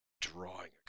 drawing